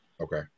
Okay